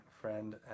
friend